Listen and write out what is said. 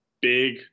Big